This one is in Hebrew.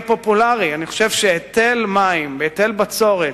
פופולרי: אני חושב שהיטל מים והיטל בצורת